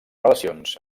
relacions